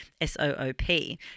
S-O-O-P